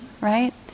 Right